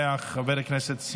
חבר הכנסת יבגני סובה,